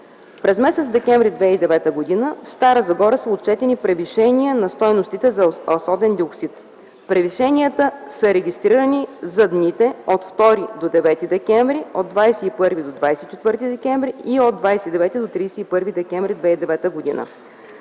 През м. декември 2009 г. в Стара Загора са отчетени превишения на стойностите на азотен диоксид. Превишенията са регистрирани за дните от 2 до 9 декември, от 21 до 24 декември и от 29 до 31 декември 2009 г.